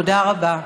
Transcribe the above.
תודה רבה.